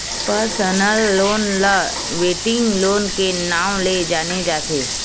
personal loan ल wedding loan के नांव ले जाने जाथे